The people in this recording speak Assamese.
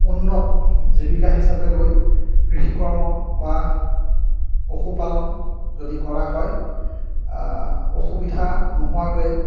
উন্নত জীৱিকা হিচাপে লৈ কৃষি কৰ্ম বা পশুপালন যদি কৰা হয় অসুবিধা নোহোৱাকৈয়ে